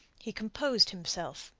he composed himself.